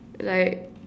like